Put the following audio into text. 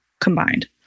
combined